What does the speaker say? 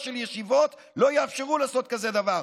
של ישיבות לא יאפשרו לעשות דבר כזה,